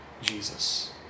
Jesus